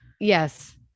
Yes